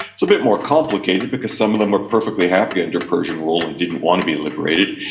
it's a bit more complicated, because some of them were perfectly happy under persian rule and didn't want to be liberated,